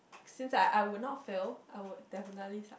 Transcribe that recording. since I I would not fail I would definitely